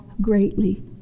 greatly